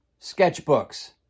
sketchbooks